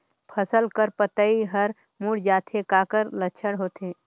फसल कर पतइ हर मुड़ जाथे काकर लक्षण होथे?